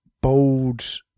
bold